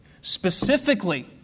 specifically